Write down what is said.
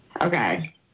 Okay